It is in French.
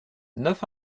neuf